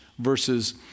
Versus